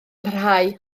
parhau